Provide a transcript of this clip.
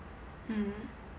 mm